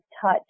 touch